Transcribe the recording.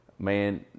Man